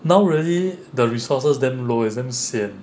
now really the resources damn low eh damn sian